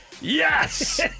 Yes